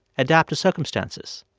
adapt to circumstances.